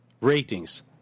ratings